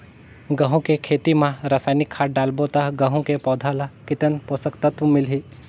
गंहू के खेती मां रसायनिक खाद डालबो ता गंहू के पौधा ला कितन पोषक तत्व मिलही?